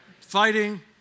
Fighting